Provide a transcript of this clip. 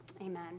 Amen